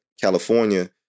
California